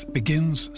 begins